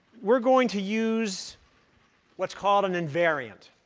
we're going to use what's called an invariant.